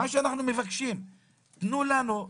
מה שאנחנו מבקשים תנו לנו,